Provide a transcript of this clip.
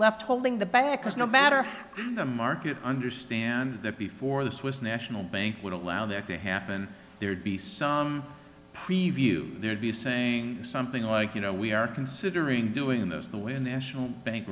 left holding the bag because no matter the market understand that before the swiss national bank would allow there to happen there'd be some preview there'd be saying something like you know we are considering